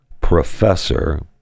professor